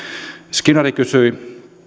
skinnari kysyi